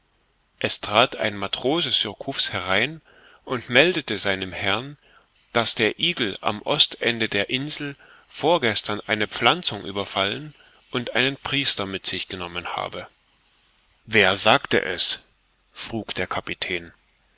es trat ein matrose surcouf's herein und meldete seinem herrn daß der eagle am ostende der insel vorgestern eine pflanzung überfallen und einen priester mit sich genommen habe wer sagte es frug der kapitän